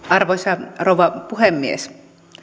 arvoisa rouva puhemies